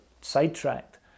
sidetracked